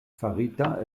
farita